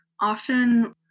Often